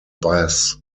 bass